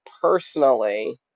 personally